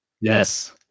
yes